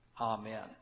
amen